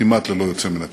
כמעט ללא יוצא מן הכלל,